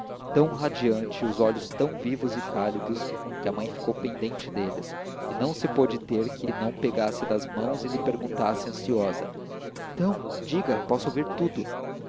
tão radiante os olhos tão vivos e cálidos que a mãe ficou pendente deles e não se pôde ter que lhe não pegasse das mãos e lhe perguntasse ansiosa então diga posso ouvir tudo